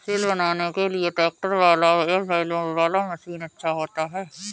सिल बनाने के लिए ट्रैक्टर वाला या बैलों वाला मशीन अच्छा होता है?